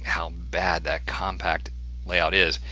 how bad that compact layout is.